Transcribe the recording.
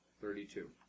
thirty-two